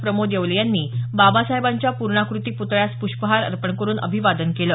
प्रमोद येवले यांनी बाबासाहेबांच्या पूर्णाकृती प्तळ्यास पुष्पहार अर्पण करून अभिवादन केलं